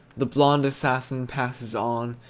the blond assassin passes on,